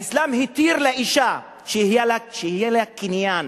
האסלאם התיר לאשה שיהיה לה קניין,